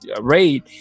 raid